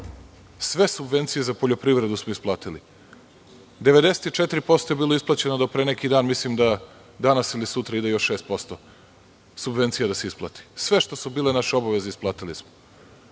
Sve subvencije za poljoprivredu smo isplatili, 94% je bilo isplaćeno do pre neki dan, mislim da danas ili sutra ide još 6% subvencija da se isplati. Sve što su bile naše obaveze isplatili smo.